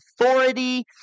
authority